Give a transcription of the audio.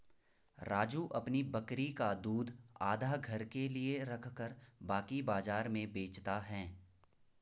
राजू अपनी बकरी का दूध आधा घर के लिए रखकर बाकी बाजार में बेचता हैं